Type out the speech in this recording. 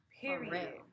Period